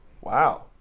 Wow